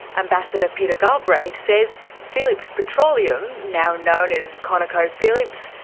ambassador peter galbraith says phillips petroleum, now known as conocophillips,